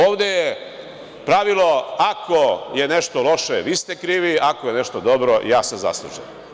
Ovde je pravilo – ako je nešto loše, vi ste krivi, ako je nešto dobro, ja sam zaslužan.